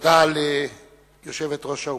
תודה ליושבת-ראש האופוזיציה,